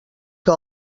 que